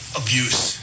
abuse